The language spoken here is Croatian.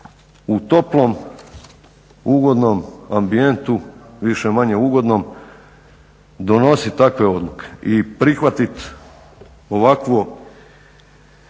u toplom, ugodnom ambijentu više-manje ugodnom, donositi takve odluke i prihvatiti ovakvo